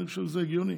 אני חושב שזה הגיוני,